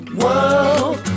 world